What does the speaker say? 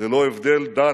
ללא הבדל דת,